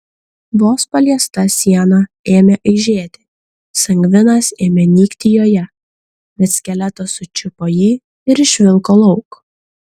vos paliesta siena ėmė aižėti sangvinas ėmė nykti joje bet skeletas sučiupo jį ir išvilko lauk